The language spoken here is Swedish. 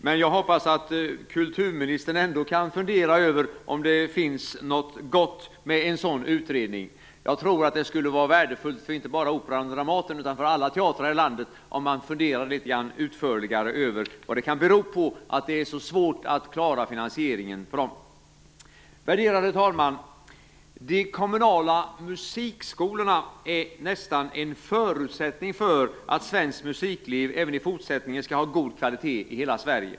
Men jag hoppas att kulturministern ändå kan fundera över om det finns något gott med en sådan utredning. Jag tror att det skulle vara värdefullt, inte bara för Operan och Dramaten utan också för alla teatrar i landet om man funderade litet mera på vad det kan bero på att det är så svårt att klara finansieringen för institutionsteatrarna. Värderade talman! De kommunala musikskolorna är nästan en förutsättning för att svenskt musikliv även i fortsättningen skall ha god kvalitet i hela Sverige.